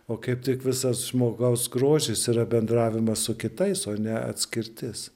o kaip tik visas žmogaus grožis yra bendravimas su kitais o ne atskirtis